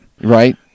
Right